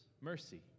mercy